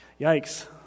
Yikes